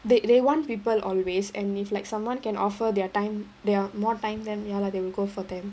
they they want people always and if like someone can offer their time they have more time then ya lah they will go for them